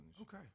Okay